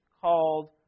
called